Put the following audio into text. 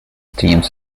teams